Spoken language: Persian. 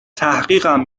تحقیقم